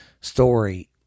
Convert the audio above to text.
story